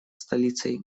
столицей